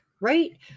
right